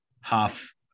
half